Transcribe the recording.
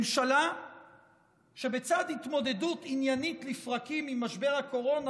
ממשלה שבצד התמודדות עניינית לפרקים עם משבר הקורונה,